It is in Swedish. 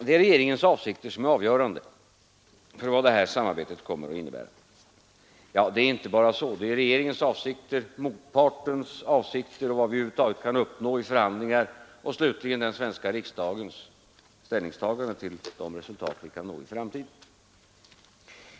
Det är regeringens avsikter som är avgörande för vad det här samarbetet kommer att innebära, menar herr Hermansson. Men avgörande är inte bara regeringens avsikter utan också motpartens avsikter och vad vi över huvud taget kan uppnå vid förhandlingar samt slutligen den svenska riksdagens ställningstagande till de resultat vi kan åstadkomma i framtiden.